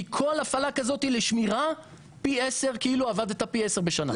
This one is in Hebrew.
כי כל הפעלה כזאת לשמירה כאילו עבדת פי עשר לשנה.